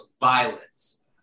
violence